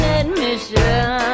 admission